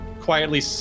quietly